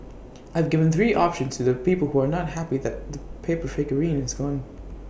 I've given three options to the people who are not happy that the paper figurine is gone